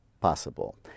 possible